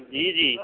جی جی